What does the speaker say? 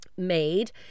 made